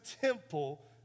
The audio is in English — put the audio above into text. temple